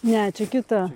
ne čia kita